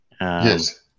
Yes